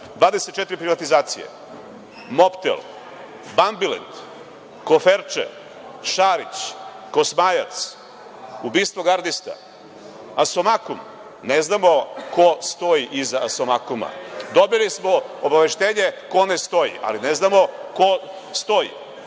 24 privatizacije, „Mobtel“, „Bambilend“, „koferče“, Šarić, Kosmajac, ubistvo gardista, Asomakum. Ne znamo ko stoji iza Asomakuma. Dobili smo obaveštenje ko ne stoji, ali ne znamo ko stoji?